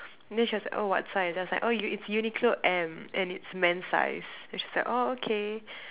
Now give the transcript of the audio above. then she was like oh what size I was like oh its Uniqlo M and its man size then she's like oh okay